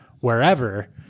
wherever